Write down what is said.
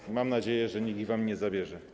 I mam nadzieję, że nikt ich wam nie zabierze.